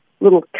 little